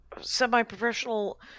semi-professional